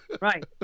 Right